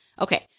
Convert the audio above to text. Okay